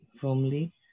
firmly